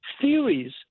theories